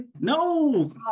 No